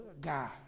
God